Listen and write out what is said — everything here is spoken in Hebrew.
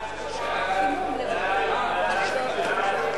לא העברת,